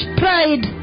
pride